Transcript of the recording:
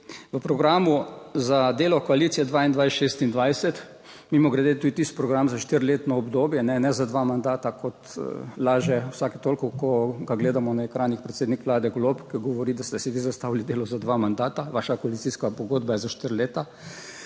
V programu za delo koalicije 2022-2026, mimogrede, tudi tisti program za štiriletno obdobje, ne za dva mandata, kot lažje vsake toliko, ko ga gledamo na ekranih. Predsednik Vlade Golob, ki govori, da ste si vi zastavili delo za dva mandata, vaša koalicijska pogodba je za štiri leta,